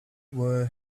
were